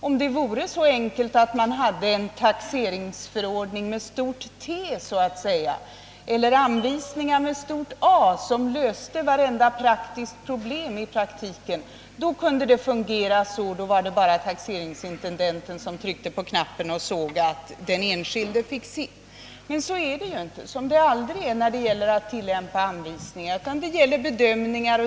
Om det vore så enkelt att det funnits en taxeringsförordning med stort T så att säga eller anvisningar med stort A som i praktiken löste varje praktiskt problem kunde det fungera. Då kunde taxeringsintendenten bara trycka på knappen och se till att den enskilde fick sitt. Men så är det inte — som det aldrig är vid tilllämpningen av anvisningar. Då gäller det bedömningar.